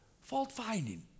fault-finding